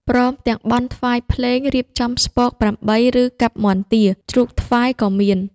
ព្រមទាំងបន់ថ្វាយភ្លេង រៀបចំស្ពកប្រាំបី ឫកាប់មាន់ទា ជ្រូកថ្វាយក៏មាន។